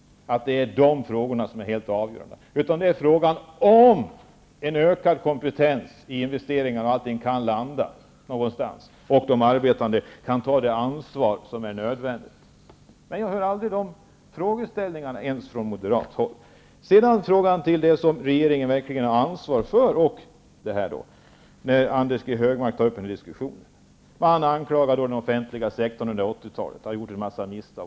Det är i stället fråga om var man kan landa med en ökad kompetens i investeringar och med arbetare som får ta ansvar. Man hör aldrig från moderat håll den typen av frågeställning ens. Så till det som regeringen verkligen har ansvar för. Anders G. Högmark tar upp till diskussion och anklagar den offentliga sektorn under 80-talet för en mängd misstag.